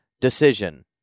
decision